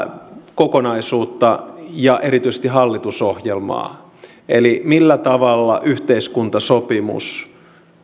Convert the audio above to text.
kokonaisuutta ja erityisesti hallitusohjelmaa eli sitä millä tavalla yhteiskuntasopimus